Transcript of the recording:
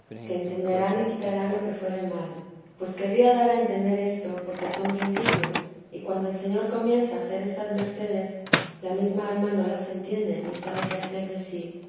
que entenderán y quitarán lo que fuere mal pues querría dar a entender esto porque son principios y cuando el señor comienza a hacer estas mercedes la mesma alma no las entiende ni sabe qué hacer de sí